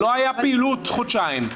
לא היה פעילות חודשיים.